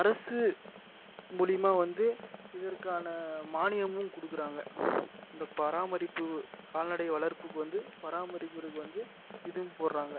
அரசு மூலமா வந்து இதற்கான மானியமும் கொடுக்குறாங்க இந்த பராமரிப்பு கால்நடையை வளர்ப்புக்கு வந்து பராமரிக்கிறதுக்கு வந்து இதுவும் போடுறாங்க